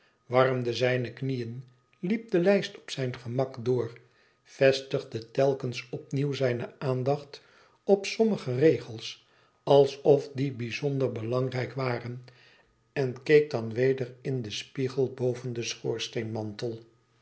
warmde zijne knieën liep de lijst op zijn gemak door vestigde telkens opnieuw zijne aandacht op sommige regeb alsof die bijzonder belangrijk waren en keek dan weder in den spiegel boven den